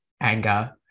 anger